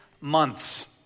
months